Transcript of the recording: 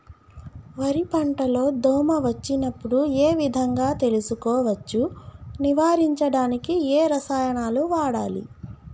వరి పంట లో దోమ వచ్చినప్పుడు ఏ విధంగా తెలుసుకోవచ్చు? నివారించడానికి ఏ రసాయనాలు వాడాలి?